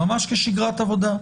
ממש כשגרת עבודה,